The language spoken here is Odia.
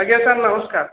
ଆଜ୍ଞା ସାର୍ ନମସ୍କାର